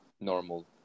normal